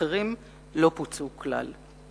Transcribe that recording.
אחרים לא פוצו כלל.